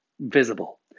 visible